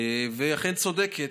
והיא אכן צודקת.